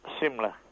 similar